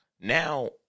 now